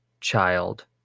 child